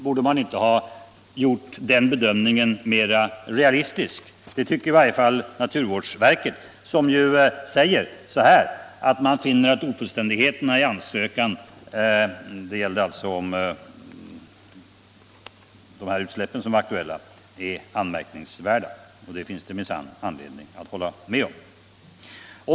Borde man inte ha gjort den bedömningen mera realistisk? Det tycker i varje fall naturvårdsverket som ju säger att man finner att ofullständigheterna i ansökan ”är anmärkningsvärda”. Det finns det minsann anledning att hålla med om.